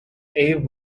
abe